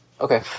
Okay